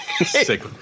Sick